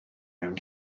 mewn